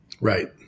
Right